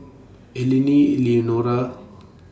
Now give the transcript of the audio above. Eleni Eleonora